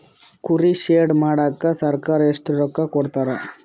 ಕುರಿ ಶೆಡ್ ಮಾಡಕ ಸರ್ಕಾರ ಎಷ್ಟು ರೊಕ್ಕ ಕೊಡ್ತಾರ?